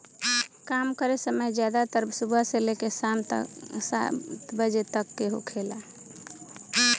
काम करे समय ज्यादातर सुबह से लेके साम सात बजे तक के होखेला